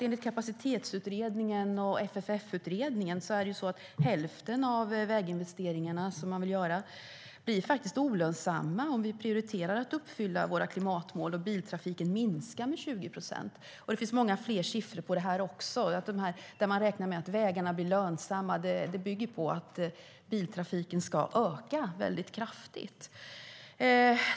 Enligt Kapacitetsutredningen och FFF-utredningen blir hälften av de väginvesteringar som man vill göra olönsamma om vi prioriterar att uppfylla våra klimatmål och biltrafiken minskar med 20 procent. Det finns många fler siffror. Man räknar med att vägarna blir lönsamma, men det bygger på att biltrafiken ska öka väldigt kraftigt.